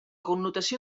connotació